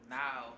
now